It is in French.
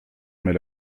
met